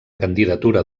candidatura